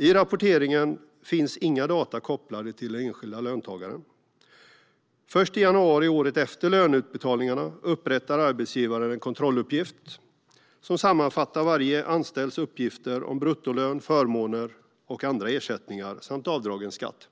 I rapporteringen finns inga data kopplade till enskilda löntagare. Först i januari året efter löneutbetalningarna upprättar arbetsgivaren en kontrolluppgift som sammanfattar varje anställds uppgifter om bruttolön, förmåner och andra ersättningar samt avdragen skatt.